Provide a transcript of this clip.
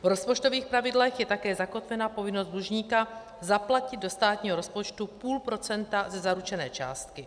V rozpočtových pravidlech je také zakotvena povinnost dlužníka zaplatit do státního rozpočtu půl procenta ze zaručené částky.